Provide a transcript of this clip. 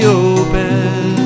open